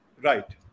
right